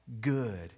good